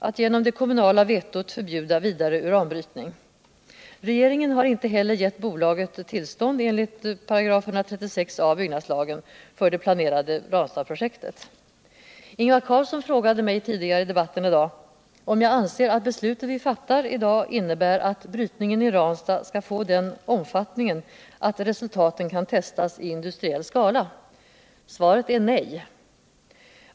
att genom det kommunala vetot förbjuda vidare uranbrytning. Regeringen har inte heller gett bolaget tillstånd enligt § 136 a bvyggnadslagen för det planerade Ranstadsprojektet. Ingvar Carlsson frågade mig om jag anser att brytningen i Ranstad skall få sådan omfattning att resultatet kan testas I industriell skala. Svaret är nej.